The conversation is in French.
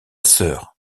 sœur